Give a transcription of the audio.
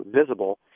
visible